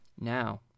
Now